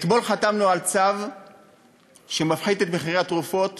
אתמול חתמנו על צו שמפחית את מחירי תרופות